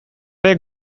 ere